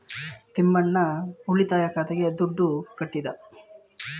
ತಿಮ್ಮಣ್ಣ ಉಳಿತಾಯ ಖಾತೆಗೆ ದುಡ್ಡು ಕಟ್ಟದ